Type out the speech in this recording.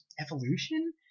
Evolution